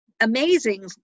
amazing